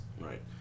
Right